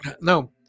No